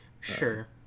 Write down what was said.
sure